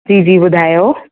जी जी ॿुधायो